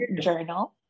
journal